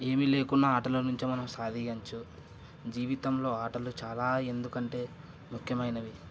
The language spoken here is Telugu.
ఏమీ లేకున్నా ఆటలో నుంచే మనం సాధియంచు జీవితంలో ఆటలు చాలా ఎందుకంటే ముఖ్యమైనవి